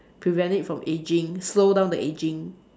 prevent it from ageing slow down the ageing